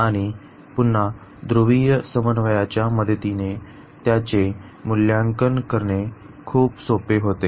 आणि पुन्हा ध्रुवीय समन्वयाच्या मदतीने त्याचे मूल्यांकन करणे खूप सोपे होते